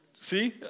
See